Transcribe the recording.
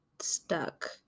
stuck